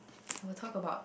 I will talk about